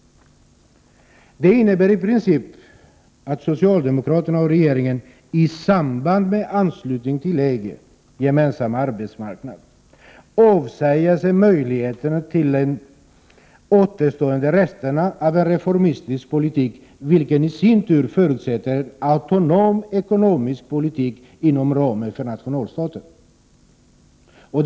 Det innebär i princip att socialdemokraterna och regeringen, i samband med anslutningen till EG:s gemensamma arbetsmarknad, avsäger sig möjligheten att påverka de återstående resterna av en reformistisk politik, vilket i sin tur förutsätter en autonom ekonomisk politik inom ramen för nationalstaten.